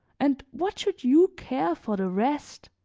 and what should you care for the rest?